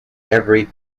every